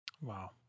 Wow